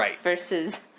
versus